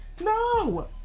No